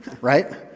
right